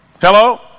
Hello